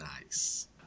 Nice